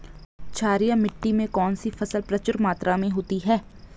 क्षारीय मिट्टी में कौन सी फसल प्रचुर मात्रा में होती है?